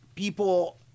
People